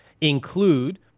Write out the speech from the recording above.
include